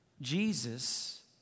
Jesus